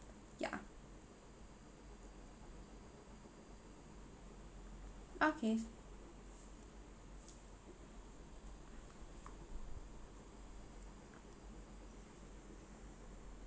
yeah okay